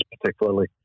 particularly